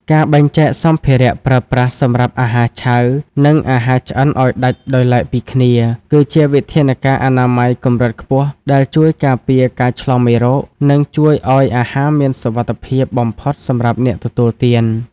ការបែងចែកសម្ភារៈប្រើប្រាស់សម្រាប់អាហារឆៅ និងអាហារឆ្អិនឱ្យដាច់ដោយឡែកពីគ្នា គឺជាវិធានការអនាម័យកម្រិតខ្ពស់ដែលជួយការពារការចម្លងមេរោគ និងជួយឱ្យអាហារមានសុវត្ថិភាពបំផុតសម្រាប់អ្នកទទួលទាន។